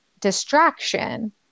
distraction